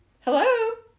hello